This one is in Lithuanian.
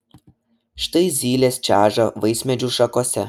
štai zylės čeža vaismedžių šakose